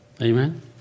Amen